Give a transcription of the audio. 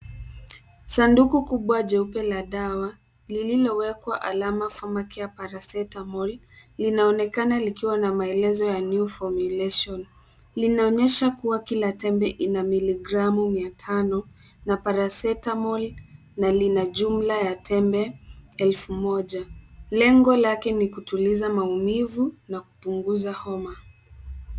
Sanduku kubwa jeupe la dawa lililowekwa alama Pharmacare Paracetamol linaonekana likiwa na maelezo ya new formulation .Linaonyesha kuwa kila tembe ina miligramu mia tano na paracetamol na lina jumla ya tembe elfu moja. Lengo lake ni kutuliza maumivu na kupunguza homa.